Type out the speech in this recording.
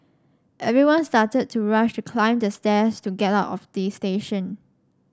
everyone started to rush to climb the stairs to get out of the station